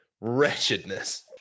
Wretchedness